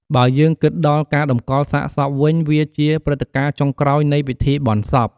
បើយើងគិតដល់ការតម្កលសាកសពវិញវាជាព្រឹត្តិការណ៍ចុងក្រោយនៃពិធីបុណ្យសព។